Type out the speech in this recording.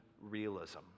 realism